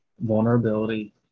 Vulnerability